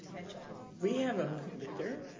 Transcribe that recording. and yeah and we have them there.